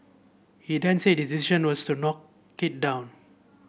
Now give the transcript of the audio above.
he then said decision was to knock it down